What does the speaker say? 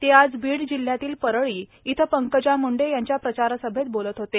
ते आज बीड जिल्ह्यातील परळी इथं पंकजा मुंडे यांच्या प्रचारसभेत बोलत होते